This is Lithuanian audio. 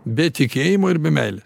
be tikėjimo ir be meilės